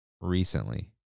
recently